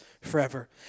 forever